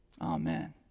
Amen